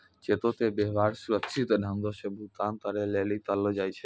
चेको के व्यवहार सुरक्षित ढंगो से भुगतान करै लेली करलो जाय छै